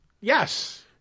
Yes